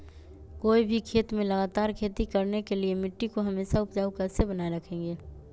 कोई भी खेत में लगातार खेती करने के लिए मिट्टी को हमेसा उपजाऊ कैसे बनाय रखेंगे?